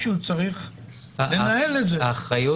פעם אחת,